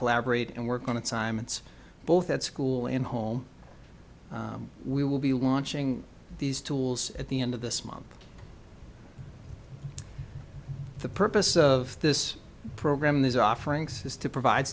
collaborate and work on it simons both at school and home we will be launching these tools at the end of this month the purpose of this program this offerings is to provide